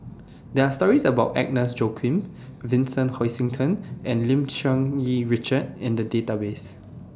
There Are stories about Agnes Joaquim Vincent Hoisington and Lim Cherng Yih Richard in The databases